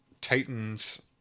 Titans